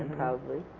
probably,